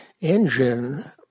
engine